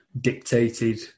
dictated